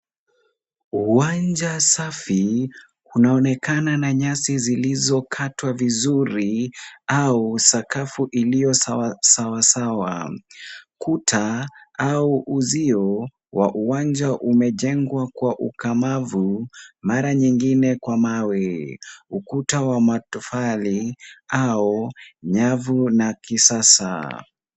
Uwanja safi, unaoonekana na nyasi zilizokatwa vizuri au sakafu iliyo sawa sawasawa. Kuta au uzio wa uwanja umejengwa kwa ukamavu, mara nyingine kwa mawe. Ukuta wa matofali au nyavu na kisasa.